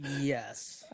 Yes